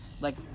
Like-